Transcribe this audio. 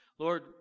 Lord